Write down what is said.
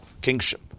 kingship